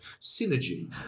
synergy